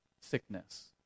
sickness